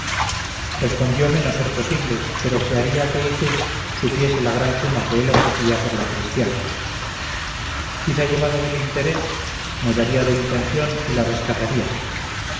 no ser posible pero que haría que yzuf supiese la gran suma que él ofrecía por la cristiana quizá llevado del interese mudaría de intención y la rescataría